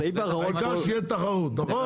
הסעיף האחרון --- העיקר שתהיה תחרות, נכון?